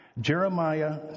Jeremiah